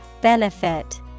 Benefit